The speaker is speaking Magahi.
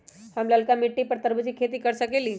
हम लालका मिट्टी पर तरबूज के खेती कर सकीले?